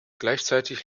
gleichzeitig